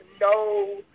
no